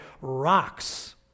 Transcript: rocks